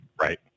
Right